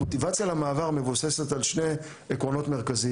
המוטיבציה למעבר מבוססת על שני עקרונות מרכזיים.